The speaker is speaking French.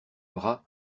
bras